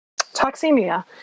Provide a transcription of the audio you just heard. toxemia